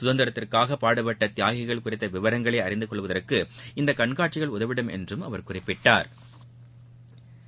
சுதந்திரத்திற்காக பாடுபட்ட தியாகிகள் குறித்த விவரங்களை அறிந்து வொள்வதற்கு இந்த கண்காட்சிகள் உதவிடும் என்று அவர் குறிப்பிட்டாள்